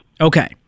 Okay